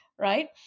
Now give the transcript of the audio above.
right